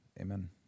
amen